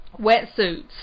wetsuits